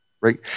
right